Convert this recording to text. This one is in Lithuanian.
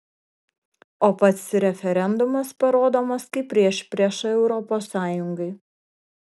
o pats referendumas parodomas kaip priešprieša europos sąjungai